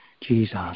Jesus